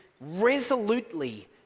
resolutely